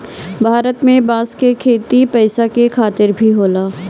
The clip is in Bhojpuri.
भारत में बांस क खेती पैसा के खातिर भी होला